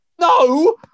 No